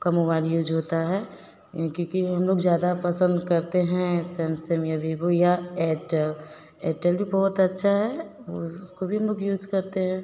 का mobile use होता है क्योंकि हम लोग ज़्यादा पसंद करते हैं सेमसंग या विवो या एयरटेल एयरटेल भी बहुत अच्छा है वह उसको भी हम लोग यूज करते हैं